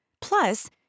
Plus